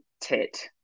tit